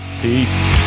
Peace